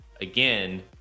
again